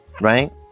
right